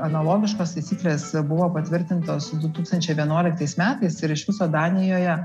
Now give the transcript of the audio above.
analogiškos taisyklės buvo patvirtintos du tūkstančiai vienuoliktais metais ir iš viso danijoje